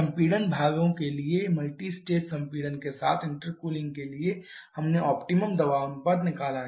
संपीड़न भागों के लिए या मल्टीस्टेज संपीड़न के साथ इंटरकूलिंग के लिए हमने ऑप्टिमम दबाव अनुपात निकाला है